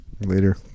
later